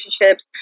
relationships